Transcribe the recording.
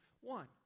one